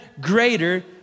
greater